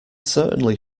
certainly